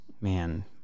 Man